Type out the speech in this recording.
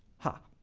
ha.